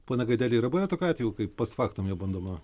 pone gaideli yra buvę tokių atvejų kai post faktum jau bandoma